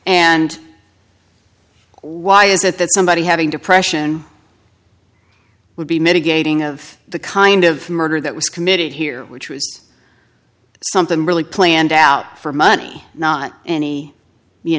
and why is it that somebody having depression would be mitigating of the kind of murder that was committed here which was something really planned out for money not any you